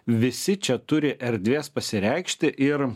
visi čia turi erdvės pasireikšti ir